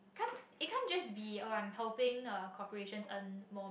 can't it can't just be oh I'm helping a corporations earn more